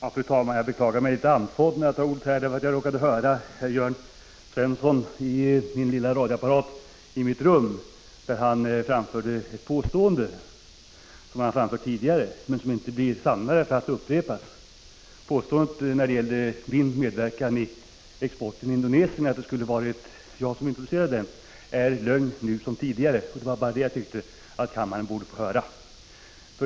Fru talman! Jag beklagar att jag är litet andfådd när jag får ordet. Det beror på att jag via radioapparaten i mitt rum råkade höra Jörn Svensson framföra ett påstående som han framfört tidigare men som inte blir sannare därför att det upprepas. Påståendet att det skulle ha varit jag som introducerade exporten till Indonesien är lögn nu som tidigare. Det vara bara det jag tyckte att kammaren borde få höra.